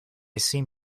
seem